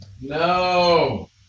No